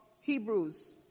Hebrews